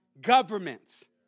governments